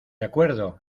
acuerdo